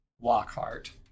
Lockhart